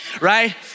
right